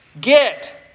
get